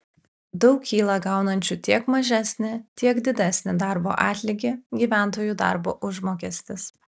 daug kyla gaunančių tiek mažesnį tiek didesnį darbo atlygį gyventojų darbo užmokestis